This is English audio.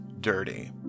dirty